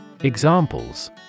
Examples